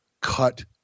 cut